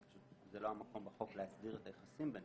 אבל זה לא המקום בחוק להסדיר את היחסים ביניהם.